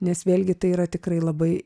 nes vėlgi tai yra tikrai labai